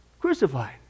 Crucified